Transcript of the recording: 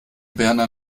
berner